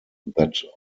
that